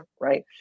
right